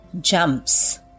jumps